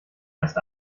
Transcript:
erst